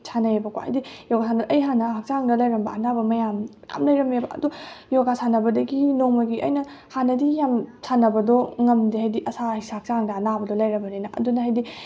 ꯁꯥꯟꯅꯩꯑꯕ ꯀꯣ ꯍꯥꯏꯗꯤ ꯌꯣꯒꯥ ꯑꯩ ꯍꯥꯟꯅ ꯍꯛꯆꯥꯡꯗ ꯂꯩꯔꯝꯕ ꯑꯅꯥꯕ ꯃꯌꯥꯝ ꯃꯌꯥꯝ ꯂꯩꯔꯝꯃꯦꯕ ꯑꯗꯣ ꯌꯣꯒꯥ ꯁꯥꯟꯅꯕꯗꯒꯤ ꯅꯣꯡꯃꯒꯤ ꯑꯩꯅ ꯍꯥꯟꯅꯗꯤ ꯌꯥꯝ ꯁꯥꯟꯅꯕꯗꯣ ꯉꯝꯗꯦ ꯍꯥꯏꯗꯤ ꯍꯛꯆꯥꯡꯗ ꯑꯅꯥꯕꯗꯣ ꯂꯩꯔꯕꯅꯤꯅ ꯑꯗꯨꯅ ꯍꯥꯏꯗꯤ